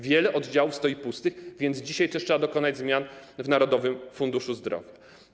Wiele oddziałów stoi pustych, więc dzisiaj też trzeba dokonać zmian w Narodowym Funduszu Zdrowia.